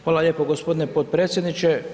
Hvala lijepo g. potpredsjedniče.